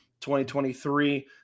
2023